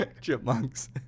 chipmunks